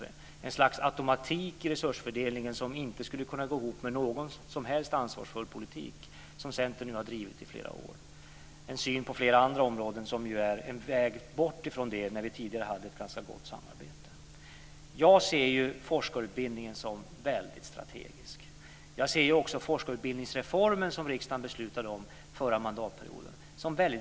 Det är ett slags automatik i resursfördelningen som inte skulle gå ihop med någon som helst ansvarsfull politik. Det har nu Centern drivit i flera år. Man har en syn på flera andra områden som är en väg bort från det som var när vi tidigare hade ett ganska gott samarbete. Jag ser forskarutbildningen som väldigt strategisk. Jag ser också den forskarutbildningsreform som riksdagen beslutade om förra mandatperioden som mycket viktig.